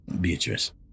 Beatrice